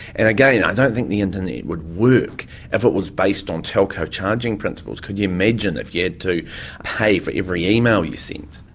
and again, i don't think the internet would work if it was based on telco charging principles. can you imagine if you had to pay for every email you sent?